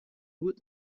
would